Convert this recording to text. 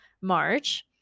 March